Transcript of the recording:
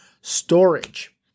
storage